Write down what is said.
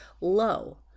low